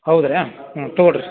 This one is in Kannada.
ಹೌದಾ ಹ್ಞೂ ತೊಗೊಳ್ರೀ